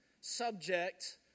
subject